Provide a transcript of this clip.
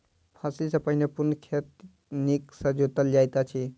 फसिल सॅ पहिने पूर्ण खेत नीक सॅ जोतल जाइत अछि